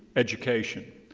education.